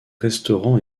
restaurants